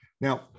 now